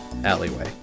alleyway